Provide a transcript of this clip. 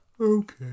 Okay